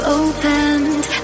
opened